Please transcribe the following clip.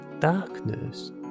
darkness